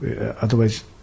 Otherwise